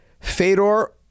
Fedor